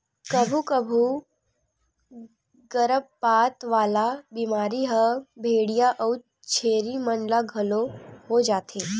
कभू कभू गरभपात वाला बेमारी ह भेंड़िया अउ छेरी मन ल घलो हो जाथे